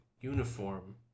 uniform